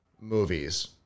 movies